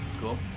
Cool